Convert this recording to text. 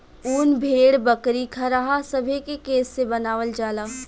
उन भेड़, बकरी, खरहा सभे के केश से बनावल जाला